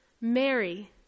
Mary